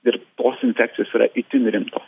ir tos infekcijos yra itin rimtos